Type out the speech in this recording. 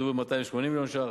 תוקצבו בכ-280 מיליון ש"ח,